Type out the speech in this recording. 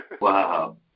Wow